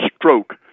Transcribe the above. stroke